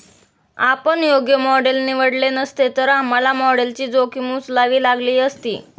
आपण योग्य मॉडेल निवडले नसते, तर आम्हाला मॉडेलची जोखीम उचलावी लागली असती